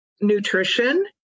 Nutrition